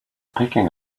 picking